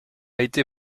été